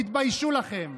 תתביישו לכם.